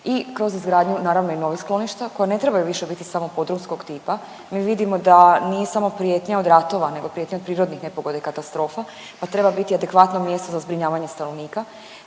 i kroz izgradnju naravno i novih skloništa koja ne trebaju više biti samo podrumskog tipa. Mi vidimo da nije samo prijetnja od ratova, nego prijetnja od prirodnih nepogoda i katastrofa, pa treba biti adekvatno mjesto za zbrinjavanje stanovnika.